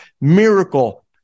miracle